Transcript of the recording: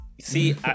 See